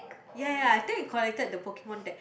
ya ya I think collected the Pokemon deck